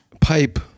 Pipe